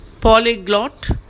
Polyglot